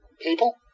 People